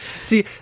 See